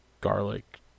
garlic